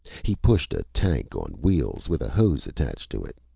he pushed a tank on wheels. with a hose attached to it,